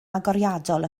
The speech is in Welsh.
agoriadol